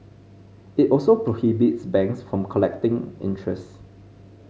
it also prohibits banks from collecting interest